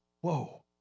Whoa